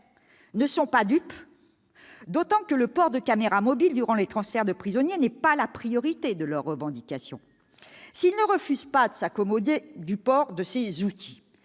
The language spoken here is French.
ne sont pas dupes, d'autant que le port de caméras mobiles durant les transferts de prisonniers n'est pas leur revendication prioritaire. S'ils ne refusent pas de s'accommoder du port de ces outils,